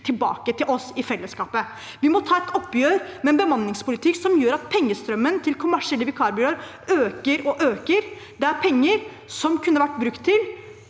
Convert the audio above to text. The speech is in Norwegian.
tilbake til oss i fellesskapet. Vi må ta et oppgjør med en bemanningspolitikk som gjør at pengestrømmen til kommersielle vikarbyråer øker og øker. Det er penger som kunne vært brukt til,